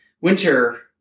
Winter